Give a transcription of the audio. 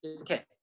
Okay